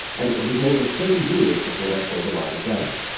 and it would be more than twenty years before they saw the light of day.